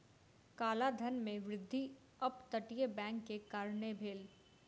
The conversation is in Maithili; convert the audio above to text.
काला धन में वृद्धि अप तटीय बैंक के कारणें भेल